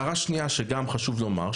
הערה שנייה שגם חשוב לומר,